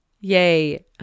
Yay